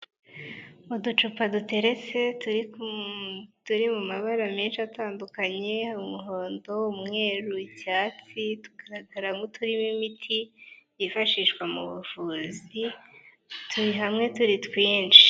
Uducupa duteretse turi mu mabara menshi atandukanye umuhondo umweru icyatsi tugaragara nk'uturimo imiti yifashishwa mu buvuzi, turi hamwe turi twinshi.